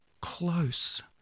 close